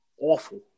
awful